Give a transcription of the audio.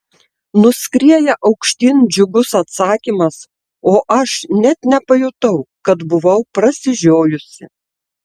nuskrieja aukštyn džiugus atsakymas o aš net nepajutau kad buvau prasižiojusi